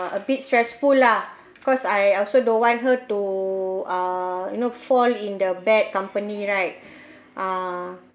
a bit stressful lah because I I also don't want her to uh you know fall in the bad company right ah